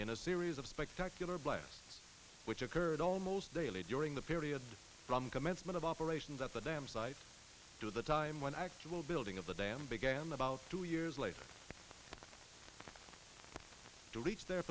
in a series of spectacular blasts which occurred almost daily during the period from commencement of operations at the dam sites to the time when actual building of the dam began about two years later to reach their